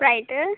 ಸ್ಪ್ರೈಟಾ